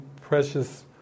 precious